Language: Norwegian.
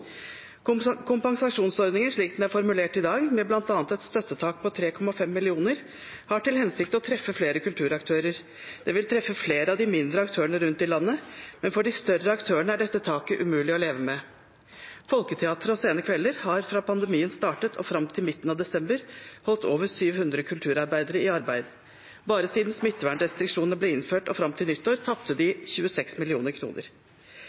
fare. Kompensasjonsordningen, slik den er formulert i dag med bl.a. et støttetak på 3,5 mill. kr, har til hensikt å treffe flere kulturaktører. Den vil treffe flere av de mindre aktørene rundt i landet, men for de større aktørene er dette taket umulig å leve med. Folketeateret og Scenekvelder har fra pandemien startet og fram til midten av desember, holdt over 700 kulturarbeidere i arbeid. Bare siden smittevernrestriksjonene ble innført og fram til nyttår, tapte